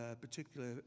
particular